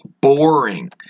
boring